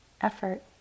Effort